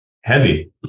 heavy